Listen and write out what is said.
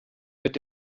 mit